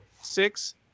six